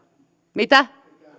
mitä